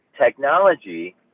Technology